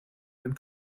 einen